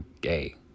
gay